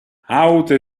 auto